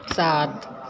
सात